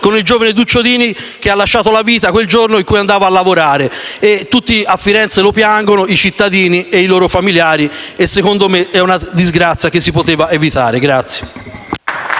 con il giovane Duccio Dini, che ha perso la vita quel giorno, mentre andava a lavorare. Tutti a Firenze lo piangono, i cittadini e i suoi familiari, e secondo me è una disgrazia che si poteva evitare.